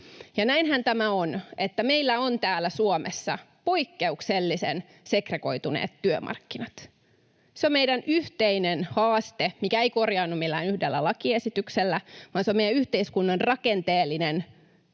näinhän tämä on, että meillä on täällä Suomessa poikkeuksellisen segregoituneet työmarkkinat. Se on meidän yhteinen haaste, mikä ei korjaannu millään yhdellä lakiesityksellä, vaan se on meidän yhteiskunnan rakenteellinen